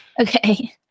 Okay